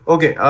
Okay